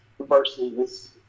versus